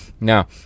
Now